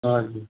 हजुर